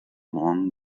long